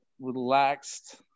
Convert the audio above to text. relaxed